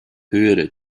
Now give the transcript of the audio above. höhere